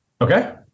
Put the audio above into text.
okay